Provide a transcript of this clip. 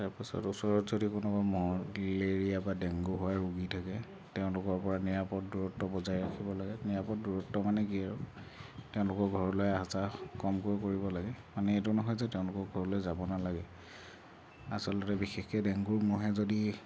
তাৰপিছত ওচৰত যদি কোনোবা ম'হ মেলেৰীয়া বা ডেংগু হোৱা ৰোগী থাকে তেওঁলোকৰ পৰা নিৰাপদ দূৰত্ব বজাই ৰাখিব লাগে নিৰাপদ দূৰত্ব মানে কি আৰু তেওঁলোকৰ ঘৰলৈ আহা যোৱা কমকৈ কৰিব লাগে মানে এইটো নহয় যে তেওঁলোকৰ ঘৰলৈ যাব নালাগে আচলতে বিশেষকৈ ডেংগু ম'হে যদি